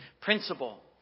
principle